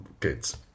kids